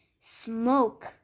smoke